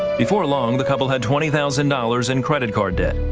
before long, the couple had twenty thousand dollars in credit card debt.